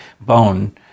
bone